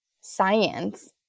science